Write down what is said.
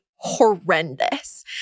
Horrendous